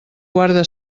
guarda